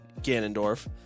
Ganondorf